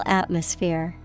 atmosphere